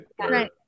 right